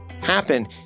happen